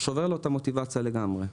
שובר לו את המוטיבציה לגמרי.